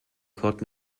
caught